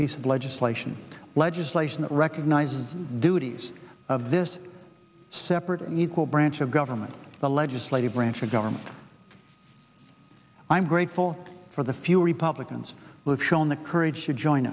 piece of legislation legislation that recognizes the duties of this separate and equal branch of government the legislative branch of government i'm grateful for the few republicans who have shown the courage to join